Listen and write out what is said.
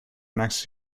next